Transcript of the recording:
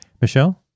michelle